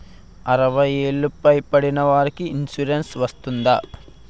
అరవై ఏళ్లు పై పడిన వారికి ఇన్సురెన్స్ వర్తిస్తుందా?